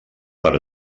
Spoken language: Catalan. per